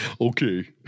okay